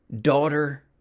daughter